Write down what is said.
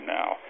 now